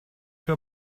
wir